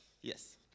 Yes